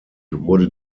wurde